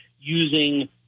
using